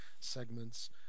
segments